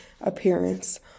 appearance